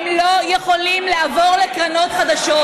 הם לא יכולים לעבור לקרנות חדשות.